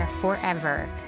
Forever